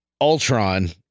ultron